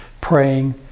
praying